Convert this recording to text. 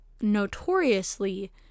notoriously